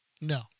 No